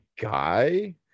guy